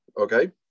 Okay